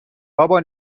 بابا